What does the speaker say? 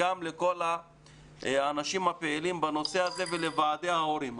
גם לכל האנשים הפעילים בנושא הזה ולוועדי ההורים.